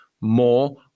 more